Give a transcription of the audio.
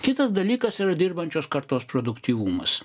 kitas dalykas yra dirbančios kartos produktyvumas